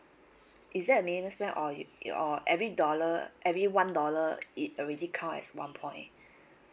is there a minimum spend or or every dollar every one dollar it already count as one point